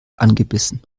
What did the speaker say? angebissen